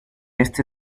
este